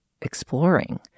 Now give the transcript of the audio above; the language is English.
exploring